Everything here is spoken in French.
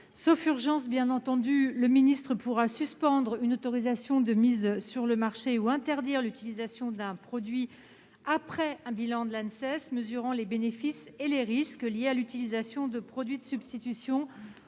Sauf urgence, bien entendu, le ministre pourra suspendre une autorisation de mise sur le marché ou interdire l'utilisation d'un produit après un bilan de l'Anses mesurant les bénéfices et les risques liés à l'utilisation de produits de substitution